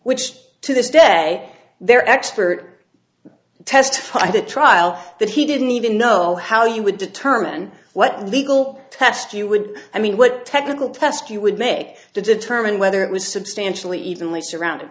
which to this day their expert testified at trial that he didn't even know how you would determine what legal test you would i mean what technical test you would make to determine whether it was substantially evenly surrounded